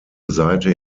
seite